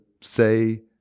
say